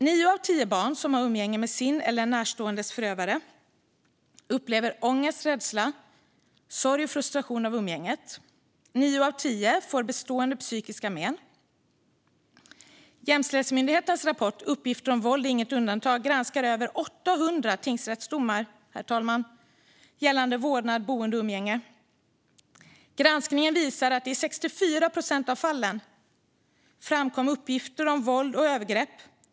Nio av tio barn som har umgänge med sin eller en närståendes förövare upplever ångest, rädsla, sorg och frustration av umgänget. Nio av tio får bestående psykiska men. Jämställdhetsmyndighetens rapport Uppgifter om våld är inget undantag granskar över 800 tingsrättsdomar gällande vårdnad, boende och umgänge. Granskningen visar att det i 64 procent av fallen framkom uppgifter om våld och övergrepp.